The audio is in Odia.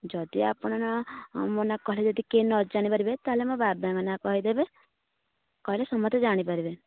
ଯଦି ଆପଣ ମୋ ନାଁ କହିଲେ ଟିକେ ନଜାଣି ପାରିବେ ତାହେଲେ ମୋ ବାବାଙ୍କ ନାଁ କହିଦେବେ କହିଲେ ସମସ୍ତେ ଜାଣି ପାରିବେ